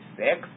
six